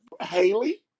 Haley